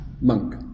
monk